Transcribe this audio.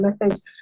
message